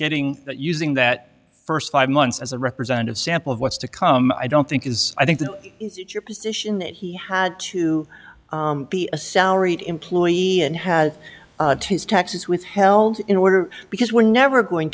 getting that using that first five months as a representative sample of what's to come i don't think is i think your position that he had to be a salaried employee and has his taxes withheld in order because we're never going